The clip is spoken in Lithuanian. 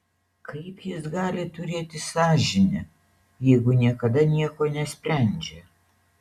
kaip jis gali turėti sąžinę jeigu niekada nieko nesprendžia